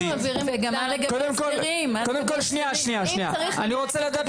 אני רוצה לדעת